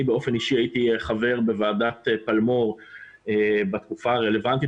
אני באופן אישי הייתי חבר בוועדת פלמור בתקופה הרלוונטית,